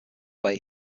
way